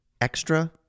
extra